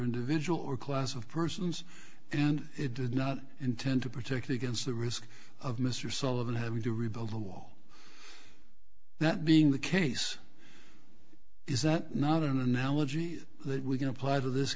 individual or class of persons and it did not intend to protect against the risk of mr sullivan having to rebuild the wall that being the case is that another analogy that we can apply to this